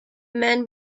men